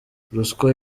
ruswa